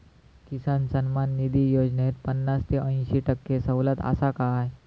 किसान सन्मान निधी योजनेत पन्नास ते अंयशी टक्के सवलत आसा काय?